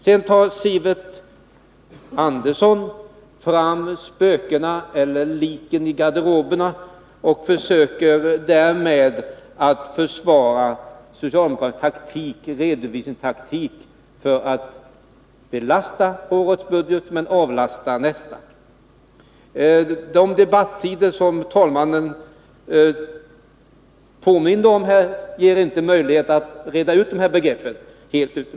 Sedan tar Sivert Andersson fram liken i garderoben och försöker därmed försvara socialdemokratisk redovisningstaktik som går ut på att belasta årets budget men avlasta nästa års. De debattregler som fru talmannen erinrade om gör att det inte är möjligt för mig att nu helt reda ut dessa begrepp.